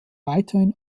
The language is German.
weiterhin